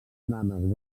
nanes